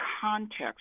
context